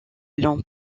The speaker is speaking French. longs